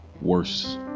worse